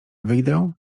wyjdę